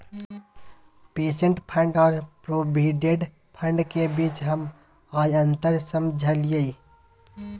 pension fund और provident fund के बीच हम आज अंतर समझलियै